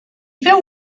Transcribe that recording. feu